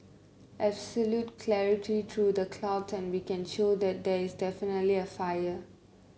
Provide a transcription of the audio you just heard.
absolute clarity through the cloud and we can show that there is definitely a fire